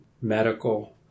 medical